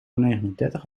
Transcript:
negenendertig